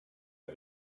her